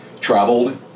traveled